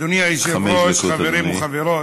אדוני היושב-ראש, חברים וחברות,